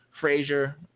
Frazier